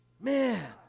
Man